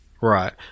right